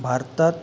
भारतात